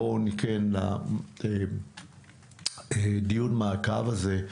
בואו ניתן לדיון מעקב הזה,